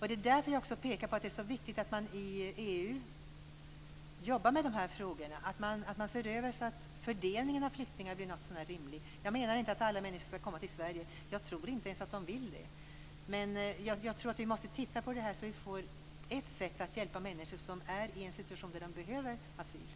Det är därför som jag pekar på att det är så vikigt att man inom EU jobbar med dessa frågor. Fördelningen av flyktingar måste bli någotsånär rimlig. Jag menar inte att alla människor skall komma till Sverige - jag tror inte ens att de vill det. Men vi måste få ett sätt att hjälpa människor som befinner sig i en situation när de behöver asyl.